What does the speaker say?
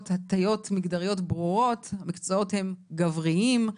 הטיות מגדריות ברורות - המקצועות הם גבריים,